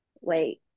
wait